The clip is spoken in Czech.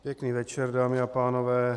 Pěkný večer, dámy a pánové.